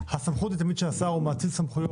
הסמכות היא תמיד של השר, הוא מאציל סמכויות.